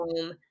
home